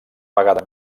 vegada